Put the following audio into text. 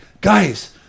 guys